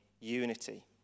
unity